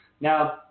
Now